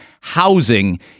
housing